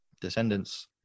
descendants